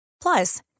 Plus